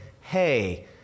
Hey